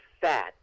fat